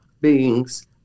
beings